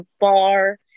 bar